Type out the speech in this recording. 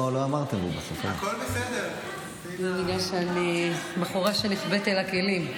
זה בגלל שאני בחורה שנחבאת אל הכלים.